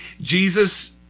Jesus